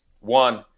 one